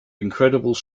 incredible